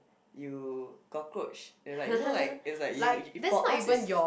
you cockroach and like you know like it's like you for us is